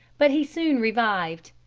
but he soon revived.